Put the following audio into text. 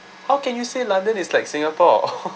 how can you say london is like singapore